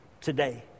today